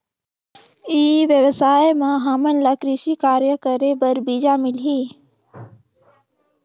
ई व्यवसाय म हामन ला कृषि कार्य करे बर बीजा मिलही?